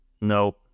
No